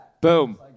Boom